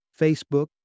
Facebook